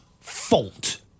fault